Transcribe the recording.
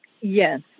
Yes